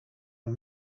are